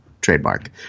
Trademark